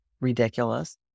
ridiculous